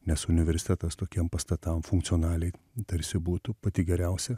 nes universitetas tokiem pastatam funkcionaliai tarsi būtų pati geriausia